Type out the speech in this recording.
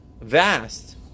vast